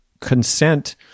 consent